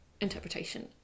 interpretation